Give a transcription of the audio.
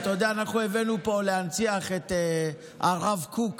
יוסי, אתה יודע, אנחנו הבאנו פה להנציח את הרב קוק